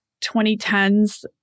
2010s